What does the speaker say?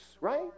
Right